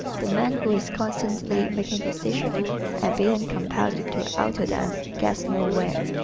the man who is constantly making decisions and being compelled to alter them gets nowhere.